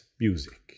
music